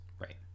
Right